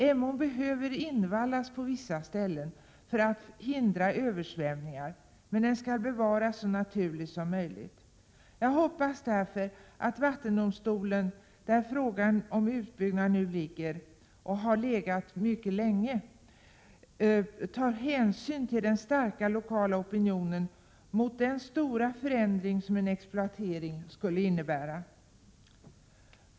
Emån behöver invallas på vissa ställen för att hindra översvämningar, men den skall bevaras så naturlig som möjligt. Jag hoppas därför att vattendomstolen, där frågan om utbyggnad nu ligger och har legat mycket länge, tar hänsyn till den starka lokala opinionen mot den stora förändring som en exploatering skulle innebära.